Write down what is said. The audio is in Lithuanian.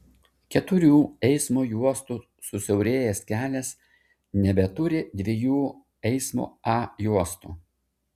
keturių eismo juostų susiaurėjęs kelias nebeturi dviejų eismo a juostų